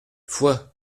foix